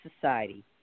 society